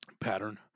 pattern